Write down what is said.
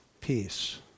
peace